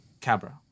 Cabra